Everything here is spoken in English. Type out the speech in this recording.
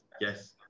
yes